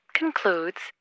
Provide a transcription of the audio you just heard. concludes